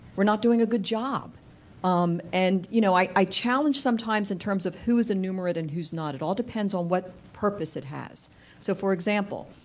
we are not doing a good job um and you know i i challenge sometimes in terms of who is innumerate and who is not, it all depends on what purpose it has so for example,